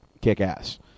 kick-ass